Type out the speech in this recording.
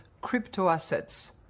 crypto-assets